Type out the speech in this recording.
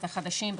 את החדשים,